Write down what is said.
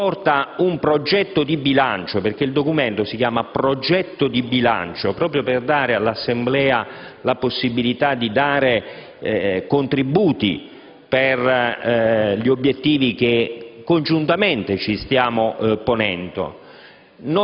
si porti un progetto di bilancio (il documento si chiama «Progetto di bilancio») per dare all'Assemblea la possibilità di dare contributi per gli obiettivi che congiuntamente ci stiamo ponendo.